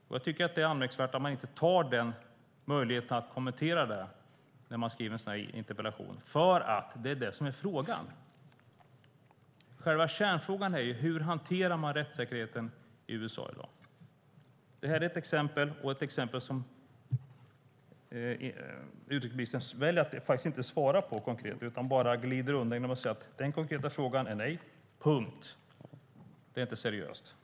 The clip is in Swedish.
Det är anmärkningsvärt att utrikesministern inte tar möjligheten att kommentera detta i sitt interpellationssvar, för det är detta som är frågan. Själva kärnfrågan är: Hur hanterar USA rättssäkerheten i dag? Detta är ett exempel som utrikesministern väljer att inte svara på konkret utan glider undan med att säga: Svaret på den konkreta frågan är nej. Punkt. Det är inte seriöst.